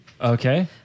Okay